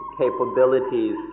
capabilities